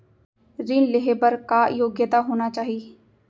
ऋण लेहे बर का योग्यता होना चाही?